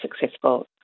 successful